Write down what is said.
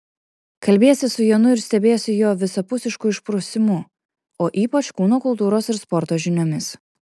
kalbiesi su jonu ir stebiesi jo visapusišku išprusimu o ypač kūno kultūros ir sporto žiniomis